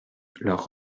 leur